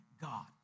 God